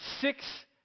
six